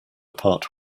part